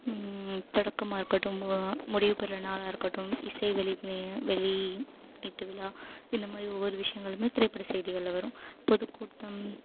தொடக்கமாக இருக்கட்டும் முடிவு பெற நாளாக இருக்கட்டும் இசை வெளி வெளியீட்டு விழா இந்த மாதிரி ஒவ்வொரு விஷயங்களுமே திரைப்பட செய்திகளில் வரும் பொதுக்கூட்டம்